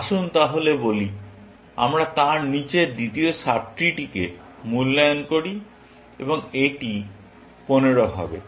আসুন তাহলে বলি আমরা তার নিচের দ্বিতীয় সাব ট্রিটিকে মূল্যায়ন করি এবং এটি 15 হবে